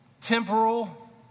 temporal